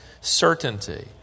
certainty